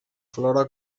flora